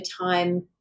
time